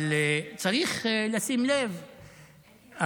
אבל צריך לשים לב,